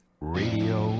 radio